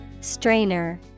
Strainer